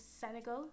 Senegal